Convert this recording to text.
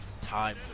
time